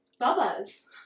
Bubba's